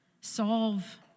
solve